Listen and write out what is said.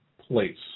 place